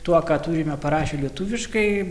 tuo ką turime parašę lietuviškai